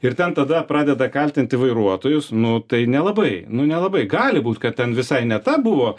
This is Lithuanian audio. ir ten tada pradeda kaltinti vairuotojus nu tai nelabai nu nelabai gali būt kad ten visai ne ta buvo